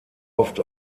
oft